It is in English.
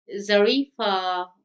Zarifa